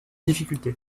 difficulté